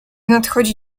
nadchodzi